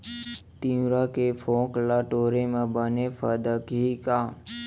तिंवरा के फोंक ल टोरे म बने फदकही का?